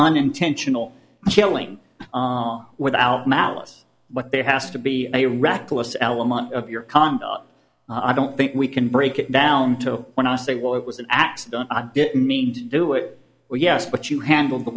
unintentional killing without malice but there has to be a reckless element of your conduct i don't think we can break it down to when i say well it was an accident i didn't mean to do it well yes but you handle the